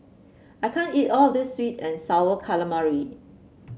I can't eat all of this sweet and sour calamari